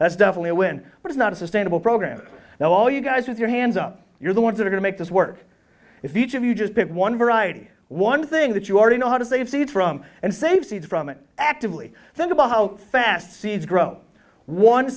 that's definitely a win but it's not a sustainable program now all you guys with your hands up you're the ones that are to make this work if each of you just pick one variety one thing that you already know how to save seeds from and save seeds from it actively think about how fast seeds grow